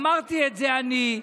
אמרתי את זה אני.